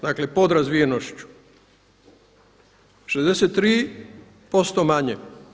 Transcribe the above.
Dakle, podrazvijenošću 63% manje.